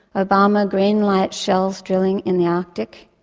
obama greenlights shell's drilling in the arctic,